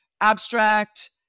abstract